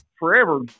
forever